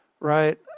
right